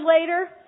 later